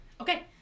Okay